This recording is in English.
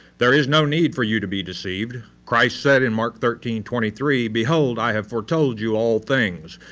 there is no need for you to be deceived. christ said in mark thirteen twenty three, behold, i have four told you all things.